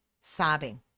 sobbing